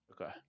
Okay